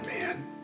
man